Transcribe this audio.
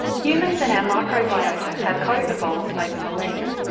humans and our microbiota have co-evolved over millennia,